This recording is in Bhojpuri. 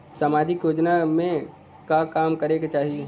सामाजिक योजना में का काम करे के चाही?